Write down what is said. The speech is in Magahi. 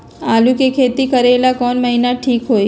आलू के खेती करेला कौन महीना ठीक होई?